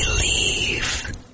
Believe